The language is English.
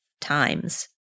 times